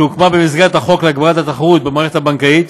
שהוקמה במסגרת החוק להגברת התחרות במערכת הבנקאית,